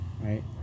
right